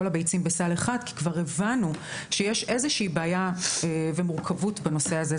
הביצים בסל אחד כי כבר הבנו שיש איזושהי בעיה ומורכבות בנושא הזה.